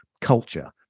culture